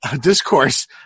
discourse